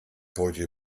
heute